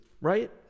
right